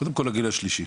קודם כל הגיל השלישי,